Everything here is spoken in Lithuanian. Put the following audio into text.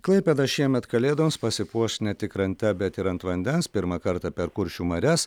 klaipėda šiemet kalėdoms pasipuoš ne tik krante bet ir ant vandens pirmą kartą per kuršių marias